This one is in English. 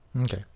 Okay